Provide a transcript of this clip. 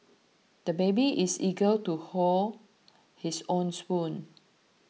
the baby is eager to hold his own spoon